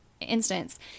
instance